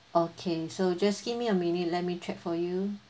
okay so just give me a minute let me check for you